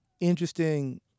interesting